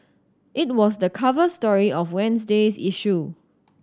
it was the cover story of Wednesday's issue